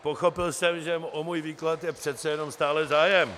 Pochopil jsem, že o můj výklad je přece jenom stále zájem.